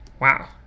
Wow